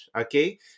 okay